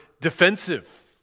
defensive